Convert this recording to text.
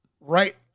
right